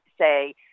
say